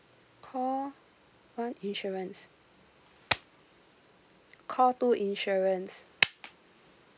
call one insurance call two insurance